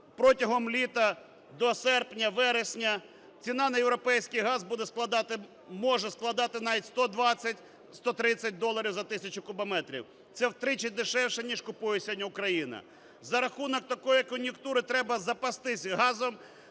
протягом літа, до серпня-вересня, ціна на європейський газ буде складати… може складати навіть 120-130 доларів за тисячу кубометрів, це втричі дешевше, ніж купує сьогодні Україна. За рахунок такої кон'юнктури треба запастись газом